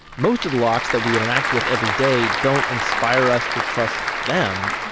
most of the locks that we interact with every day don't inspire us to trust them,